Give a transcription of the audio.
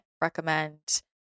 recommend